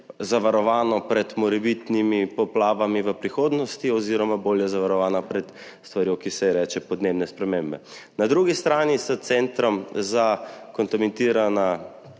zavarovano pred morebitnimi poplavami v prihodnosti oziroma bolje zavarovana pred stvarjo, ki se ji reče podnebne spremembe. Na drugi strani s centrom za kontaminirano